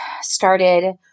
started